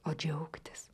o džiaugtis